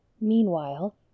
Meanwhile